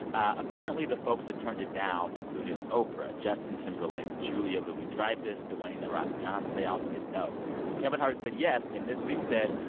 apparently the folks that turned it down included oprah, justin timberlake, julia louis-dreyfus, dwayne the rock johnson. they all said no. but kevin hart said yes and this week said,